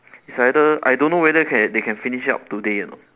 it's either I don't know whether can they can finish up today or not